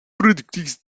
productrice